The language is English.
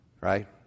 right